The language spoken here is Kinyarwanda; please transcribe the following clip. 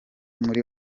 muri